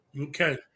Okay